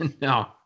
No